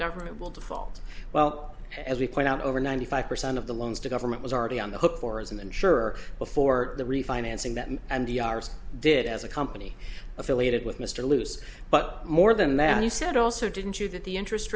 government will default well as we point out over ninety five percent of the loans to government was already on the hook for as an insurer before the refinancing that and the ours did as a company affiliated with mr loose but more than that he said also didn't you that the interest